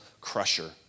crusher